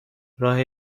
راه